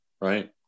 right